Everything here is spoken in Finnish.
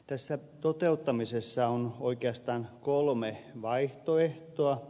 tässä toteuttamisessa on oikeastaan kolme vaihtoehtoa